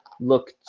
look